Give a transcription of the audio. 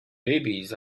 babies